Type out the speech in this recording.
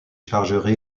chargeurs